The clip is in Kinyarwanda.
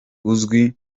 uzwi